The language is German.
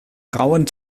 rauen